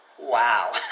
Wow